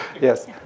Yes